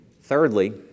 Thirdly